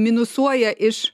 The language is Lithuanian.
minusuoja iš